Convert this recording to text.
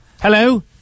Hello